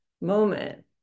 moment